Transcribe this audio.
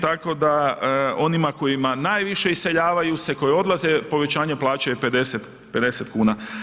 Tako da onima koji najviše iseljavaju se, koji odlaze, povećanje plaće je 50 kuna.